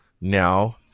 now